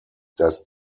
das